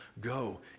go